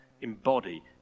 embody